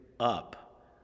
up